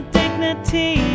dignity